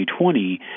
2020